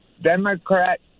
Democrat